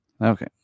okay